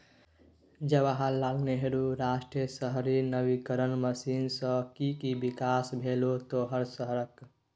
जवाहर लाल नेहरू राष्ट्रीय शहरी नवीकरण मिशन सँ कि कि बिकास भेलौ तोहर शहरक?